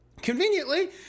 Conveniently